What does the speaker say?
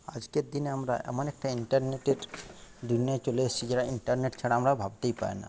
আজকের দিনে আমরা এমন একটা ইন্টারনেটের দুনিয়ায় চলে এসেছি যারা ইন্টারনেট ছাড়া আমরা ভাবতেই পারে না